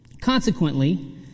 Consequently